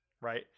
right